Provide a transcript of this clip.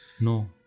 No